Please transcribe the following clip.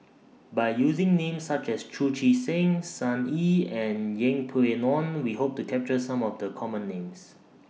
By using Names such as Chu Chee Seng Sun Yee and Yeng Pway Ngon We Hope to capture Some of The Common Names